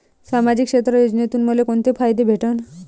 सामाजिक क्षेत्र योजनेतून मले कोंते फायदे भेटन?